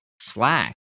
Slack